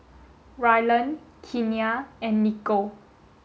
Ryland Kenia and Niko